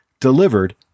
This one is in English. delivered